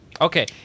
Okay